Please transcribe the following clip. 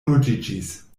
ruĝiĝis